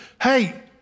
hey